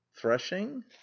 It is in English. threshing